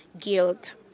guilt